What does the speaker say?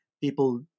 people